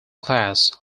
class